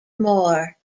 more